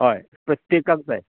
हय प्रत्येकाक जाय